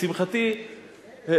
לשמחתי,